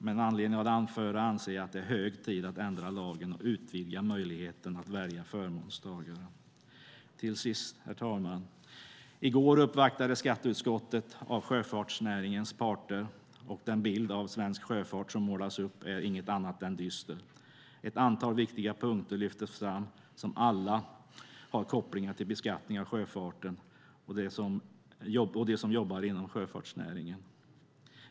Med anledning av det anförda anser jag att det är hög tid att ändra lagen och utvidga möjligheten att välja förmånstagare. Herr talman! I går uppvaktades skatteutskottet av sjöfartsnäringens parter, och den bild av svensk sjöfart som målades upp är inget annat än dyster. Ett antal viktiga punkter lyftes fram som alla har kopplingar till beskattning av sjöfarten och de som jobbar inom sjöfartsnäringen.